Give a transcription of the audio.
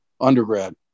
undergrad